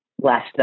Last